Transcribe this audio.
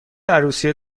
عروسی